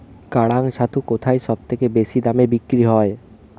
কাড়াং ছাতু কোথায় সবথেকে বেশি দামে বিক্রি হয়?